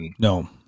No